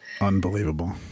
Unbelievable